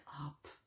up